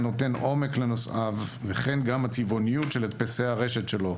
הנותן עומק לנושאיו וכן גם הצבעוניות של הדפסי הרשת שלו.